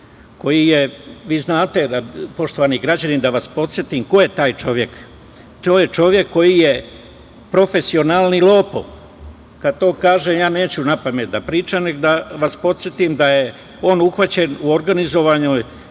koji je, vi znate, poštovani građani, da vas podsetim ko je taj čovek. To je čovek koji je profesionalni lopov. Kada to kažem, ja neću napamet da pričam, nego da vas podsetim da je on uhvaćen u organizovanoj